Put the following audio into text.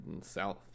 South